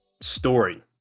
story